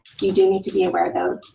you do need to be aware though